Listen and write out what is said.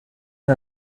una